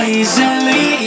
easily